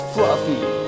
Fluffy